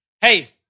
Hey